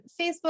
Facebook